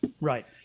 Right